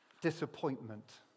disappointment